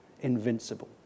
invincible